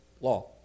law